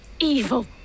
evil